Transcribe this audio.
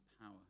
power